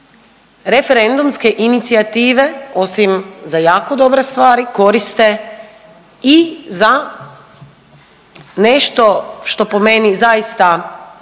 referendumske inicijative osim za jako dobre stvari koriste i za nešto što po meni zaista